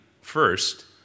first